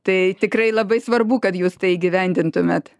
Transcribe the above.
tai tikrai labai svarbu kad jūs tai įgyvendintumėt